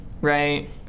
right